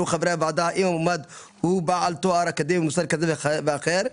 חברי הוועדה אם המועמד הוא בעל תואר אקדמי ממוסד כזה או אחר.